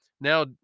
now